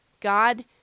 God